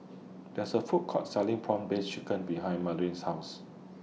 There IS A Food Court Selling Prawn Paste Chicken behind Mariela's House